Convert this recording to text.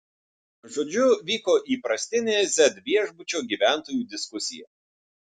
žodžiu vyko įprastinė z viešbučio gyventojų diskusija